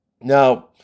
Now